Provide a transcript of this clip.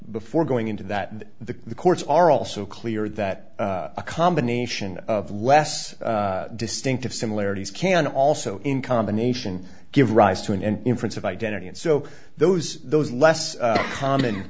before going into that and the courts are also clear that a combination of less distinctive similarities can also in combination give rise to an end inference of identity and so those those less common